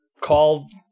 called